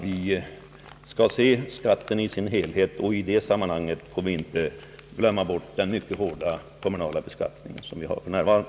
Vi skall se skatten i dess helhet, och i det sammanhanget får vi inte glömma bort den mycket hårda kommunala beskattning som vi har för närvarande.